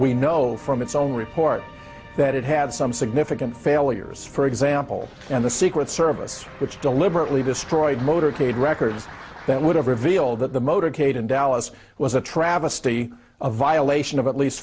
we know from its own report that it had some significant failures for example and the secret service which deliberately destroyed motorcade records that would have revealed that the motorcade in dallas was a travesty a violation of at least